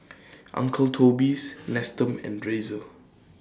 Uncle Toby's Nestum and Razer